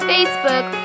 Facebook